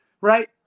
right